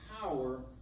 power